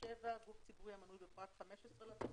גוף ציבורי המנוי בפרט (15) לתוספת,